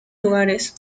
lugares